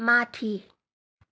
माथि